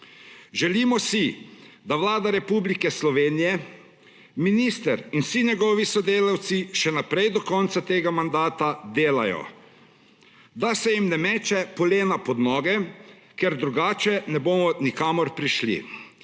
Želimo si, da Vlada Republike Slovenije, minister in vsi njegovi sodelavci še naprej do konca tega mandata delajo, da se jim ne meče polena pod noge, ker drugače ne bomo nikamor prišli,